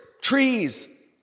trees